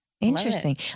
Interesting